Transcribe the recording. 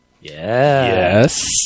Yes